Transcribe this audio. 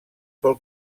pel